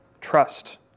Trust